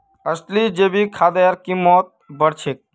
असली जैविक खादेर कीमत बढ़ छेक